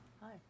Hi